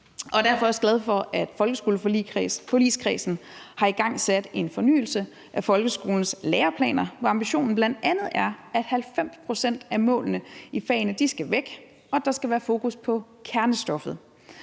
Derfor er jeg også glad for, at folkeskoleforligskredsen har igangsat en fornyelse af folkeskolens læreplaner, hvor ambitionen bl.a. er, at 90 pct. af målene i fagene skal væk, og at der skal være fokus på kernestoffet.